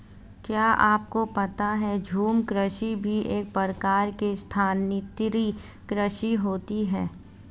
क्या आपको पता है झूम कृषि भी एक प्रकार की स्थानान्तरी कृषि ही है?